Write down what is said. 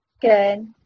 Good